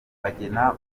bagena